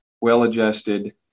well-adjusted